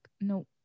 no